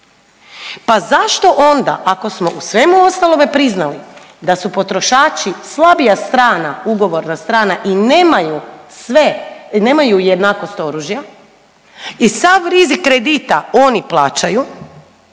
Pa zašto onda ako smo u svemu ostalome priznali da su potrošači slabija strana, ugovorna strana i nemaju sve, nemaju jednakost oružja i sav rizik kredita oni plaćaju,